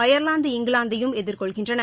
அயர்வாந்து இங்கிலாந்தையும் எதிர்கொள்கின்றன